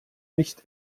nicht